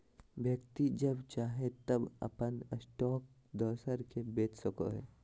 व्यक्ति जब चाहे तब अपन स्टॉक दोसर के बेच सको हइ